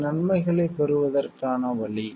சில நன்மைகளைப் பெறுவதற்கான வழி